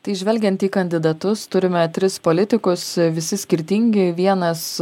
tai žvelgiant į kandidatus turime tris politikus visi skirtingi vienas